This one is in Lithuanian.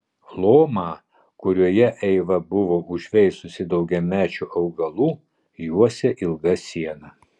lomą kurioje eiva buvo užveisusi daugiamečių augalų juosė ilga siena